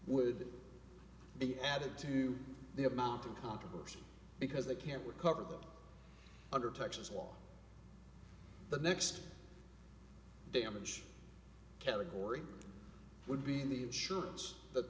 would be added to the amount of controversy because they can't recover them under texas law the next damage category would be the insurance that